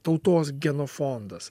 tautos genofondas